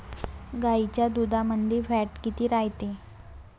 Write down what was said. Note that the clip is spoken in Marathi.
गाईच्या दुधामंदी फॅट किती रायते?